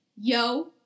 yo